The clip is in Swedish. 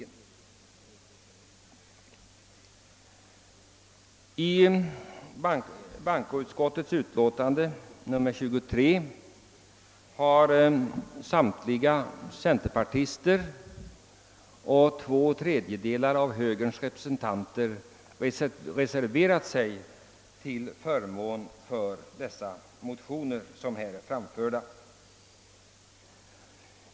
I bankoutskottets utlåtande nr 23 har samtliga centerpartister och två tredjedelar av högerns representanter reserverat sig till förmån för de motioner som här framställts.